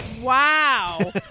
Wow